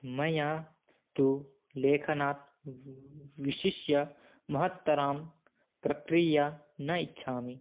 मया तु लेखनात् वि विशिष्टां महत्तरां प्रक्रियां न इच्छामि